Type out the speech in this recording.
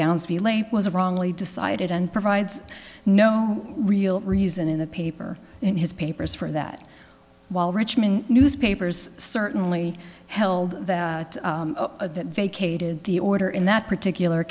pilate was wrongly decided and provides no real reason in the paper in his papers for that while richmond newspapers certainly held that vacated the order in that particular